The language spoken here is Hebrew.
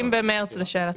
30 במרץ, לשאלתך.